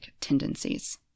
tendencies